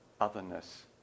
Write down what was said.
otherness